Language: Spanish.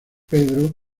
pedro